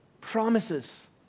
promises